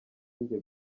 sinjye